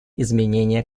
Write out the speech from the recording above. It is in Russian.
изменения